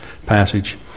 Passage